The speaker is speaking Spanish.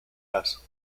las